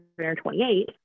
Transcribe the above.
28